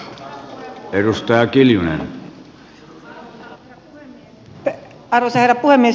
arvoisa herra puhemies